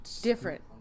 Different